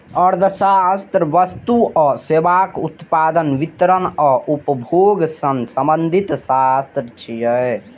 अर्थशास्त्र वस्तु आ सेवाक उत्पादन, वितरण आ उपभोग सं संबंधित शास्त्र छियै